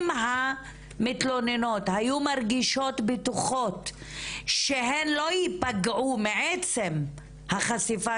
אם המתלוננות היו מרגישות שהן לא ייפגעו מעצם החשיפה